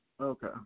Okay